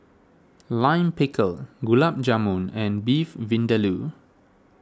Lime Pickle Gulab Jamun and Beef Vindaloo